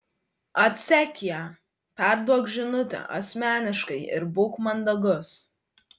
atsek ją perduok žinutę asmeniškai ir būk mandagus